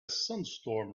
sandstorm